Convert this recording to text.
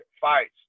fights